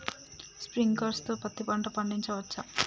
Sprinkler తో పత్తి పంట పండించవచ్చా?